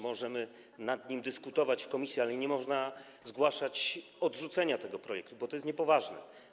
Możemy nad nim dyskutować w komisji, ale nie można zgłaszać odrzucenia tego projektu, bo to jest niepoważne.